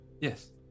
yes